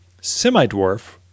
semi-dwarf